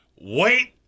Wait